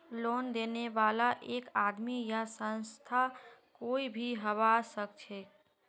loan देने बाला एक आदमी या संस्था कोई भी हबा सखछेक